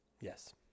Yes